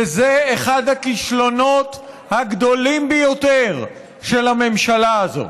וזה אחד הכישלונות הגדולים ביותר של הממשלה הזאת.